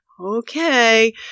okay